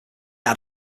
had